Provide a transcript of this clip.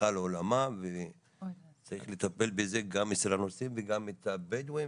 שהלכה לעולמה וצריך לטפל בזה גם אצל הנוצרים וגם אצל בדואים